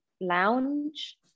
lounge